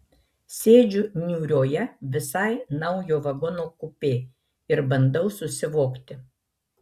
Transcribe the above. sėdžiu niūrioje visai naujo vagono kupė ir bandau susivokti